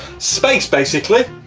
space basically,